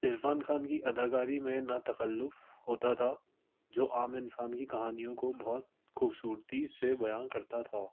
عرفان خان کی اداکاری میں نہ تکلف ہوتا تھا جو عام انسان کی کہانیوں کو بہت خوبصورتی سے بییاان کرتا تھا